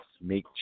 make